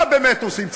מה באמת עושים?